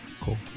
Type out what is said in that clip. Cool